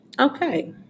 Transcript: Okay